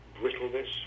Brittleness